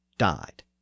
died